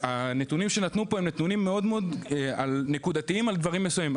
הנתונים שנתנו פה הם נתונים מאוד מאוד נקודתיים על דברים מסוימים.